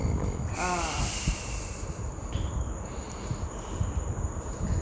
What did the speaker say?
ah